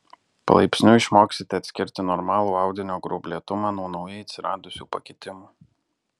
palaipsniui išmoksite atskirti normalų audinio gruoblėtumą nuo naujai atsiradusių pakitimų